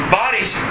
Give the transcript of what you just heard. bodies